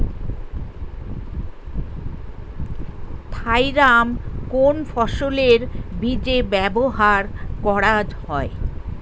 Thiram কোন ফসলের বীজে ব্যবহার করা হয়?